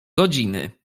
godziny